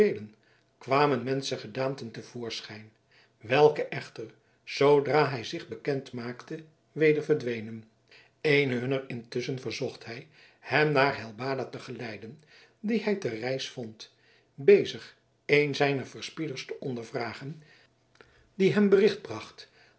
kwamen menschengedaanten te voorschijn welke echter zoodra hij zich bekend maakte weder verdwenen een hunner intusschen verzocht hij hem naar helbada te geleiden dien hij te rys vond bezig een zijner verspieders te ondervragen die hem bericht bracht